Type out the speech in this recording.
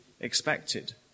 expected